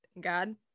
god